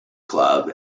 club